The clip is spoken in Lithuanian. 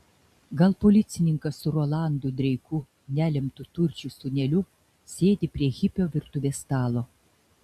gal policininkas su rolandu dreiku nelemtu turčių sūneliu sėdi prie hipio virtuvės stalo